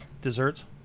Desserts